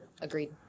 Agreed